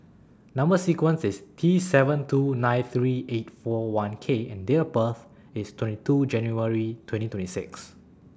Number sequence IS T seven two nine three eight four one K and Date of birth IS twenty two January twenty twenty six